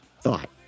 thought